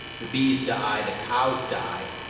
the bees die, the cows die,